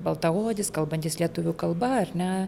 baltaodis kalbantis lietuvių kalba ar ne